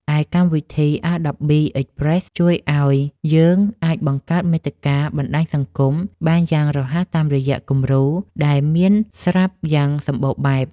ឯកម្មវិធី អាដបប៊ី អិចប្រេស ជួយឱ្យយើងអាចបង្កើតមាតិកា បណ្តាញសង្គម បានយ៉ាងរហ័សតាមរយៈគំរូដែលមានស្រាប់យ៉ាងសម្បូរបែប។